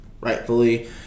Rightfully